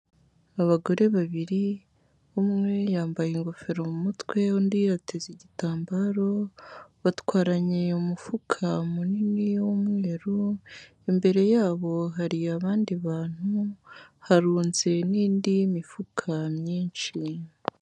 Abagore babiri, umwe yambaye ingofero mu mutwe undi yateza igitambaro, batwaranye umufuka munini w'umweru, imbere yabo hari abandi bantu, harunze n'indi mifuka myinshi.